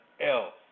else